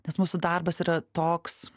nes mūsų darbas yra toks